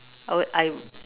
oh I